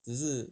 只是